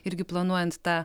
irgi planuojant tą